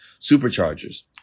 Superchargers